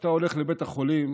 כשאתה הולך לבית החולים,